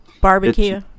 Barbecue